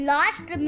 Last